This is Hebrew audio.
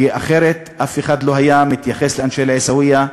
כי אחרת אף אחד לא היה מתייחס לאנשי אל-עיסאוויה,